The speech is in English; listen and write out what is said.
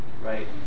right